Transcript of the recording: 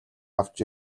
авч